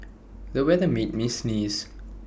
the weather made me sneeze